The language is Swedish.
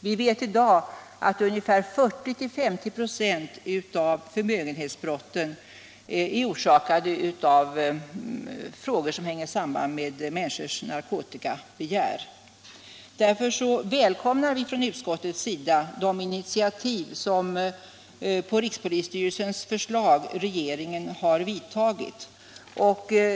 Vi vet i dag att 40-50 96 av förmögenhetsbrotten hänger samman med människors narkotikabegär. Därför välkomnar vi från utskottets sida de initiativ som, på rikspolisstyrelsens förslag, regeringen har tagit.